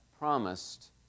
Promised